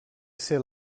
ser